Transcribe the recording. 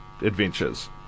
adventures